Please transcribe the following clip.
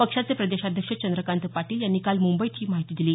पक्षाचे प्रदेशाध्यक्ष चंद्रकांत पाटील यांनी काल मुंबईत ही माहिती दिली